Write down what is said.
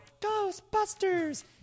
Ghostbusters